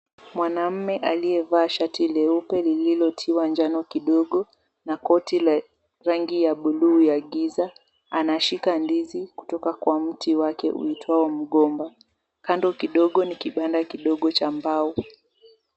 Mwanaume aliyevaa shati leupe lililotiwa jano kidogo na koti la rangi ya bluu ya giza anashika ndizi kutoka kwa mti wake uitwao mgomba ,kando kidogo ni kibanda kidogo cha mbao .